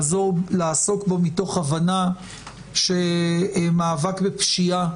לעסוק בו מתוך הבנה שמאבק בפשיעה,